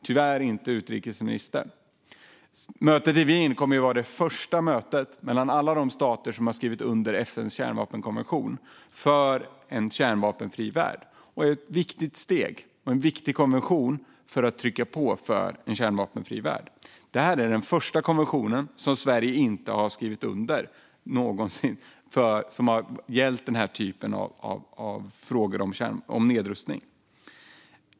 Tyvärr är dock inte utrikesministern på plats. Mötet i Wien kommer att vara det första mötet mellan alla stater som har skrivit under FN:s kärnvapenkonvention för en kärnvapenfri värld. Det är ett viktigt steg för att trycka på för en kärnvapenfri värld. Detta är den första konvention någonsin om denna typ av nedrustningsfrågor som Sverige inte har skrivit under.